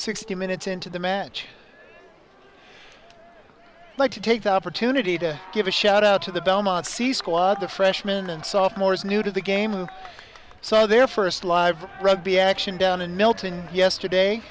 sixty minutes into the match like to take the opportunity to give a shout out to the belmont c squad the freshmen and sophomores new to the game who saw their st live rugby action down in milton yesterday